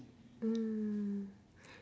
mm